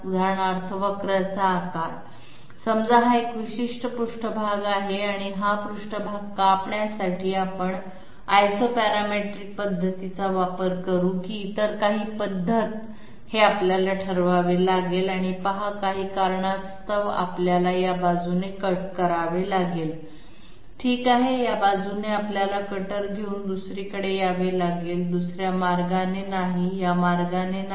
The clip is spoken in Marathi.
उदाहरणार्थ वक्रचा आकार समजा हा एक विशिष्ट पृष्ठभाग आहे आणि हा हा पृष्ठभाग कापण्यासाठी आपण आयसोपॅरामेट्रिक पद्धतीचा वापर करू की इतर काही पद्धत हे आपल्याला ठरवावे लागेल आणि पहा काही कारणास्तव आपल्याला या बाजूने कट करावे लागेल ठीक आहे या बाजूने आपल्याला कटर घेऊन दुसरीकडे यावे लागेल दुसर्या मार्गाने नाही या मार्गाने नाही